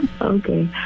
Okay